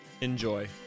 Enjoy